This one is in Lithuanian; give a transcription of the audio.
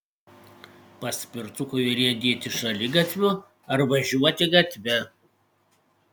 paspirtukui riedėti šaligatviu ar važiuoti gatve